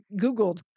Googled